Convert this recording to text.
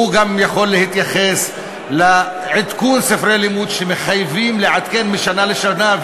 הוא גם יכול להתייחס לעדכון ספרי לימוד, שמחייבים לעדכן משנה לשנה,